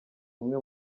umwe